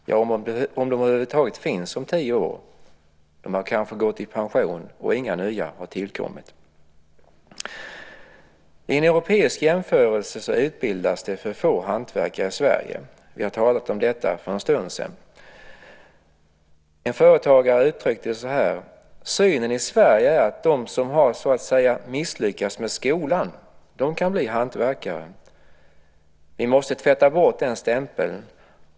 Frågan är om de över huvud taget finns om tio år. De har kanske gått i pension och inga nya har tillkommit. Vid en europeisk jämförelse visar det sig att det utbildas för få hantverkare i Sverige. Vi talade om detta för en stund sedan. En företagare uttryckte det så att synen i Sverige är att de som "misslyckats" med skolan kan bli hantverkare. Vi måste tvätta bort den stämpeln.